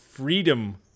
Freedom